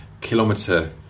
kilometer